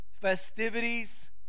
festivities